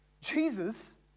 Jesus